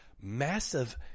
massive